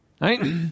right